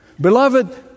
beloved